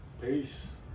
Peace